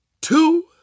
two